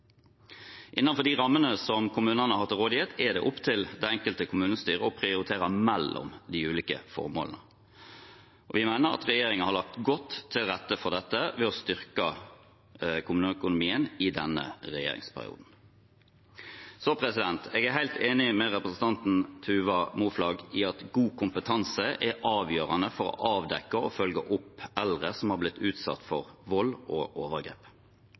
de rammene som kommunene har til rådighet, er det opp til det enkelte kommunestyre å prioritere mellom de ulike formålene. Vi mener at regjeringen har lagt godt til rette for dette ved å styrke kommuneøkonomien i denne regjeringsperioden. Jeg er helt enig med representanten Tuva Moflag i at god kompetanse er avgjørende for å avdekke og følge opp eldre som har blitt utsatt for vold og overgrep.